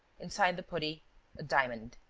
inside the putty a diamond.